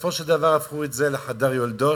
בסופו של דבר הפכו את זה לחדר יולדות,